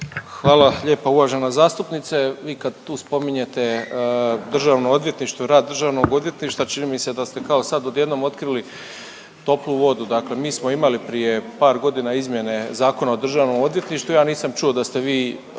Hvala lijepo uvažena zastupnice. Vi kad tu spominjete DORH i rad DORH-a, čini mi se kao sad odjednom otkrili toplu vodu. Dakle mi smo imali prije par godina izmjene Zakona o državnom odvjetništvu, ja nisam čuo da ste vi,